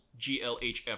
GLHF